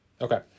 Okay